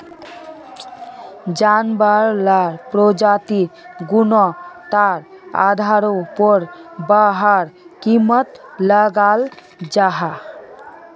जानवार लार प्रजातिर गुन्वात्तार आधारेर पोर वहार कीमत लगाल जाहा